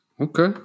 Okay